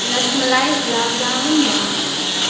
ras malai gulab jamun barfi